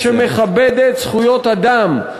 שמכבדת זכויות אדם,